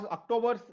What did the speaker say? October